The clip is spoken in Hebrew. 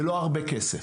זה לא הרבה כסף.